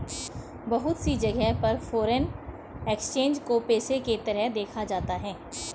बहुत सी जगह पर फ़ोरेन एक्सचेंज को पेशे के तरह देखा जाता है